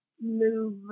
move